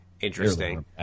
interesting